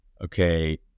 okay